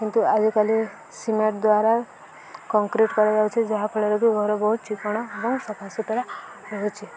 କିନ୍ତୁ ଆଜିକାଲି ସିମେଣ୍ଟ ଦ୍ୱାରା କଂକ୍ରିଟ୍ କରାଯାଉଛିି ଯାହାଫଳରେ କି ଘର ବହୁତ ଚିକ୍କଣ ଏବଂ ସଫା ସୁୁତୁରା ରହୁଛି